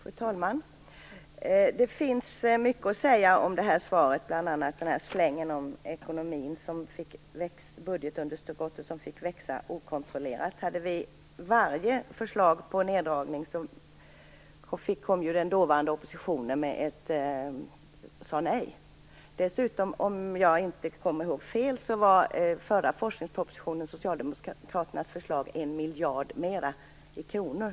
Fru talman! Det finns mycket att säga om det här svaret, bl.a. slängen om budgetunderskottet som fick växa okontrollerat. Varje förslag till neddragning som lades fram sade den dåvarande oppositionen nej till. Dessutom, om jag inte kommer ihåg fel, var socialdemokraternas förslag i samband med den förra forskningspropositionen 1 miljard mer i kronor.